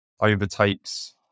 overtakes